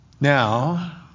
Now